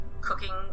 cooking